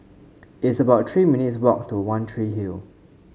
it's about Three minutes' walk to One Tree Hill